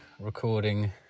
recording